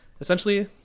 Essentially